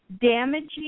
damaging